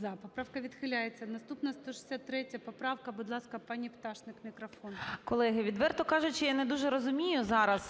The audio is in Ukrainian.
За-30 Поправка відхиляється. Наступна 163 поправка. Будь ласка, пані Пташник мікрофон. 13:26:56 ПТАШНИК В.Ю. Колеги, відверто кажучи, я не дуже розумію зараз.